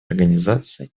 организации